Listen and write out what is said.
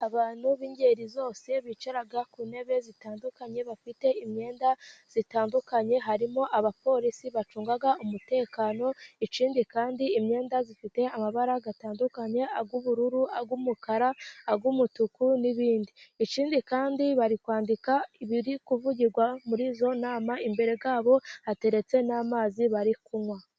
Abantu b'ingeri zose bicara ku ntebe zitandukanye bafite imyenda itandukanye harimo abapolisi bacunga umutekano, ikindi kandi imyenda ifite amabara atandukanye ay'ubururu, ay'umukara, ay'umutuku n'ibindi. Ikindi kandi bari kwandika ibiri kuvugirwa muri iyo nama imbere yabo hateretse n'amazi bari kunywa.